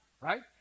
Right